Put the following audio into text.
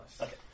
Okay